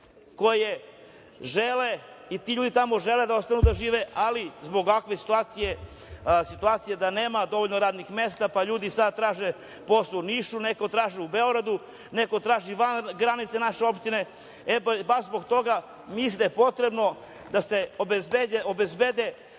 koje žele i ti ljudi tamo žele da ostanu da žive, ali zbog ovakve situacije da nema dovoljno radnih mesta, pa ljudi sada traže posao u Nišu, neko traži u Beogradu, neko traži van granica naše opštine. Baš zbog toga mislim da je potrebno da se obezbede